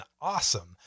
awesome